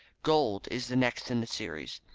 gold is the next in the series.